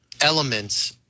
elements